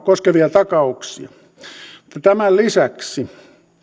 koskevia takauksia tämän lisäksi